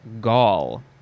gall